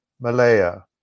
Malaya